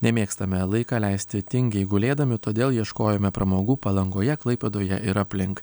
nemėgstame laiką leisti tingiai gulėdami todėl ieškojome pramogų palangoje klaipėdoje ir aplink